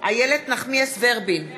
איילת נחמיאס ורבין,